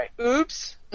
Oops